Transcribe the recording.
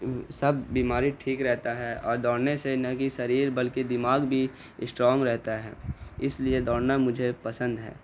سب بیماری ٹھیک رہتا ہے اور دوڑنے سے نہ کی سریر بلکہ دماغ بھی اسٹرانگ رہتا ہے اس لیے دوڑنا مجھے پسند ہے